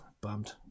bummed